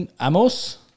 Amos